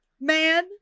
Man